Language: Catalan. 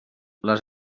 les